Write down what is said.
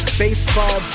baseball